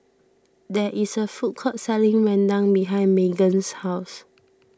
there is a food court selling Rendang behind Meggan's house